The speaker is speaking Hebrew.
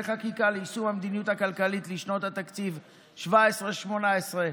חקיקה ליישום המדיניות הכלכלית לשנות התקציב 2017 ו-2018),